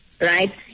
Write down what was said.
right